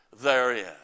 therein